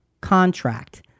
contract